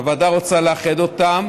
הוועדה רוצה לאחד אותן,